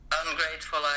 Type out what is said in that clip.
ungrateful